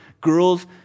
girls